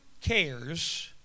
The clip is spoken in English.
cares